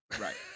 Right